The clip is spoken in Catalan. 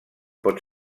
pot